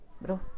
bro